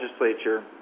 legislature